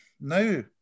now